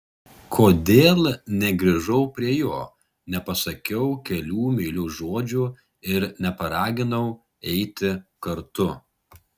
kodėl negrįžau prie jo nepasakiau kelių meilių žodžių ir neparaginau eiti kartu